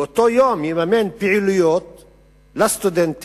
באותו יום יממן פעילויות לסטודנטים,